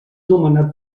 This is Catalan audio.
nomenat